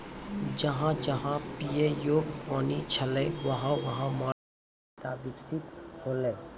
जहां जहां पियै योग्य पानी छलै वहां वहां मानव सभ्यता बिकसित हौलै